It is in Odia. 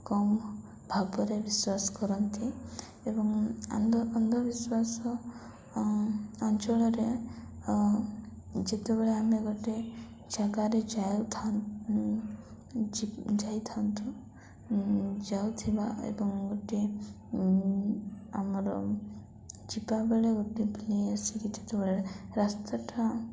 କମ୍ ଭାବରେ ବିଶ୍ୱାସ କରନ୍ତି ଏବଂ ଅନ୍ଧ ଅନ୍ଧବିଶ୍ୱାସ ଅଞ୍ଚଳରେ ଯେତେବେଳେ ଆମେ ଗୋଟେ ଜାଗାରେ ଯାଇଥାନ୍ତୁ ଯାଉଥିବା ଏବଂ ଗୋଟେ ଆମର ଯିବାବେଳେ ଗୋଟେ ବିଲେଇ ଆସିକି ଯେତେବେଳେ ରାସ୍ତାଟା